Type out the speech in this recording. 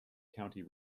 county